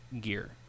gear